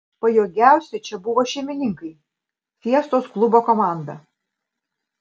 pajėgiausi čia buvo šeimininkai fiestos klubo komanda